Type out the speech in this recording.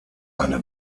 eine